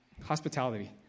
hospitality